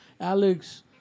Alex